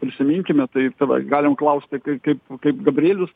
prisiminkime tai tai va galim klausti kai kaip kaip gabrielius